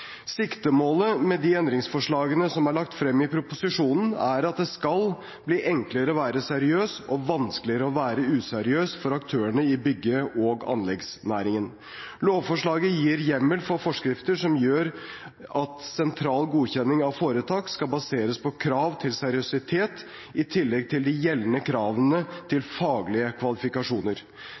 Siktemålet med de endringsforslagene som er lagt frem i proposisjonen, er at det skal bli enklere å være seriøs og vanskeligere å være useriøs for aktørene i bygge- og anleggsnæringen. Lovforslaget gir hjemmel for forskrifter som gjør at sentral godkjenning av foretak skal baseres på krav til seriøsitet i tillegg til de gjeldende kravene til faglige kvalifikasjoner.